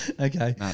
Okay